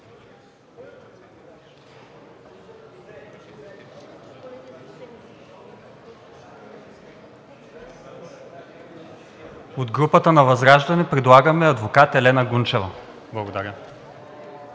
От групата на ВЪЗРАЖДАНЕ предлагаме адвокат Елена Гунчева. Благодаря.